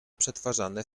przetwarzane